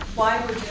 why